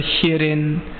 hearing